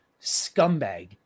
scumbag